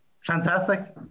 fantastic